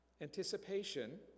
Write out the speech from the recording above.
anticipation